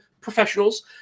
professionals